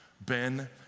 Ben